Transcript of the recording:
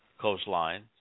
coastline